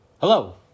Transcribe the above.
hello